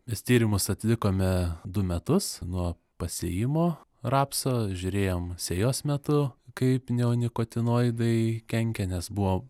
mes tyrimus atlikome du metus nuo pasėjimo rapso žiūrėjom sėjos metu kaip neonikotinoidai kenkia nes buvo